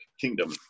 kingdom